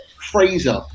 Fraser